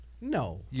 No